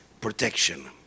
protection